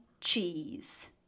cheese